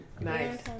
Nice